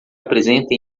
apresenta